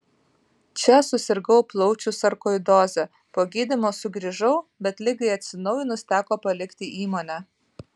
čia susirgau plaučių sarkoidoze po gydymo sugrįžau bet ligai atsinaujinus teko palikti įmonę